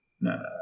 No